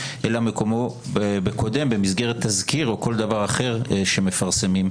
אלא מקומו בקודם במסגרת תזכיר או כל דבר אחר שמפרסמים.